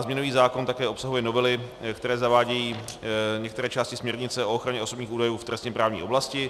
Změnový zákon také obsahuje novely, které zavádějí některé části směrnice o ochraně osobních údajů v trestněprávní oblasti.